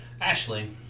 Ashley